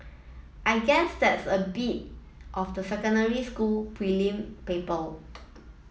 I guess that's a bit of the secondary school prelim people